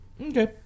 Okay